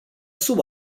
sub